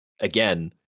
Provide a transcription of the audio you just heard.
Again